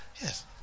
Yes